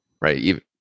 right